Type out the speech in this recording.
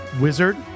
Wizard